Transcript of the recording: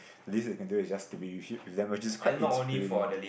this you can do it it just to be with them which is quite inspiriting